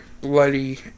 bloody